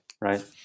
right